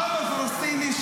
העם הפלסטיני,